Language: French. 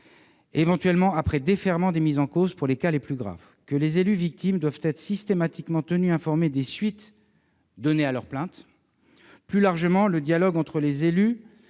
systématique, après défèrement des mis en cause dans les cas les plus graves ; et que les élus victimes doivent être systématiquement tenus informés des suites données à leur plainte. Plus largement, le dialogue entre les élus,